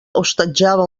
hostatjava